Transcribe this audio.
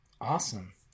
Awesome